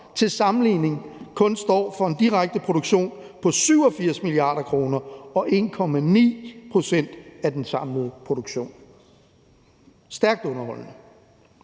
til sammenligning kun står for en direkte produktion på 87 mia. kr. og 1,9 pct. af den samlede produktion. Det er stærkt underholdende.